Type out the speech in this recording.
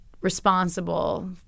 responsible